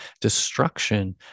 destruction